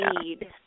need